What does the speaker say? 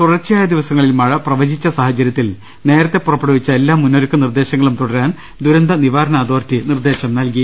തുടർച്ചയായ ദിവസങ്ങളിൽ മഴ പ്രവചിച്ച സാഹചര്യത്തിൽ നേരത്തെ പുറപ്പെടുവിച്ച എല്ലാ മുന്നൊരുക്ക നിർദേശങ്ങളും തുട രാൻ ദുരന്ത നിവാരണ അതോറിറ്റി നിർദേശം നൽകി